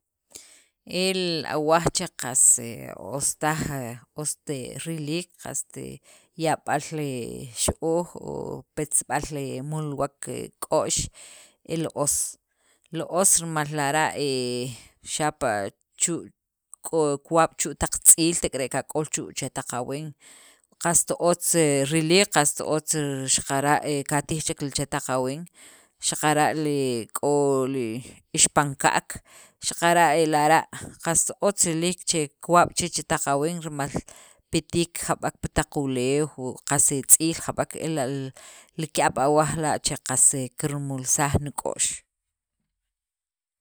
El awaj che qast os taj ost riliik, qas yab'al xo'ooj o petsib'al mulwek he k'o'x el os, li os rimal lara' he xapa' chu', kiwab' chu' taq tz'iil tek'ere' kak'ol chu' chetaq aweech qast otz riliik, qast otz xaqara' katij li chek chetaq aween xaqara' le k'ol ixpanka'k xaqara' e lara' qast otz riliik che kiwab' chi riij chetaq ween rimal petiik jab'ek pi taq uleew u qas e tz'iil jab'ek ela' li ki'ab' awaj la' qas kirmulsaj nik'o'x